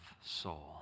soul